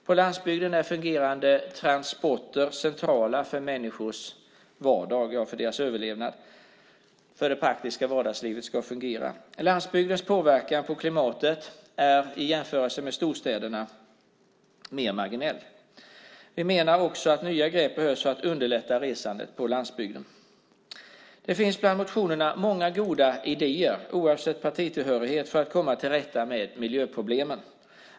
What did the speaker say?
På landsbygden är fungerande transporter centrala för människors vardag, ja, för deras överlevnad, för att det praktiska vardagslivet ska fungera. Landsbygdens påverkan på klimatet är i jämförelse med storstädernas mer marginell. Vi menar att nya grepp behövs för att underlätta resandet på landsbygden. Det finns bland motionerna många goda idéer, oavsett partitillhörighet, för att komma till rätta med miljöproblemen.